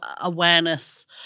awareness